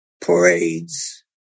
parades